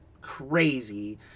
crazy